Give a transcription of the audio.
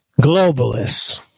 globalists